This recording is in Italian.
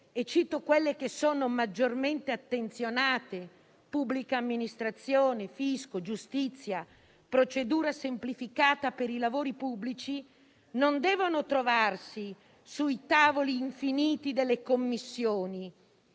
e cito quelle che sono maggiormente attenzionate, ossia pubblica amministrazione, fisco, giustizia, procedura semplificata per i lavori pubblici - non devono trovarsi sui tavoli infiniti delle Commissioni,